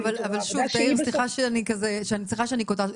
אבל שוב, תאיר, סליחה שאני קוטעת.